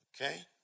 Okay